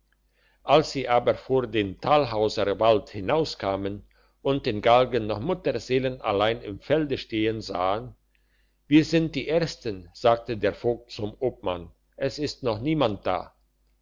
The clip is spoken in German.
als sie vor den talhauser wald hinauskamen und den galgen noch mutterseelallein im felde stehen sahen wir sind die ersten sagte der vogt zum obmann es ist noch niemand da